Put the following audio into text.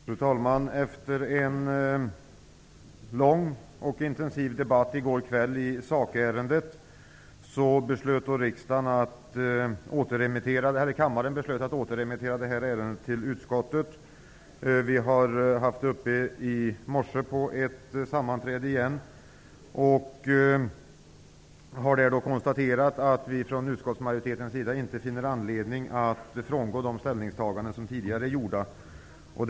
Fru talman! Efter en lång och intensiv debatt i sakärendet i går kväll beslutade kammaren att återremittera ärendet till utskottet. Vi har åter behandlat ärendet vid ett sammanträde i morse. Från utskottsmajoritetens sida har vi konstaterat att vi inte finner anledning att frångå de ställningstaganden som tidigare har tagits.